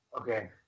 Okay